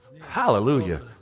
Hallelujah